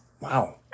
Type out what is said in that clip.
Wow